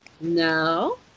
No